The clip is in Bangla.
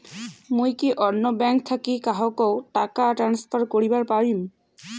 মুই কি অন্য ব্যাঙ্ক থাকি কাহকো টাকা ট্রান্সফার করিবার পারিম?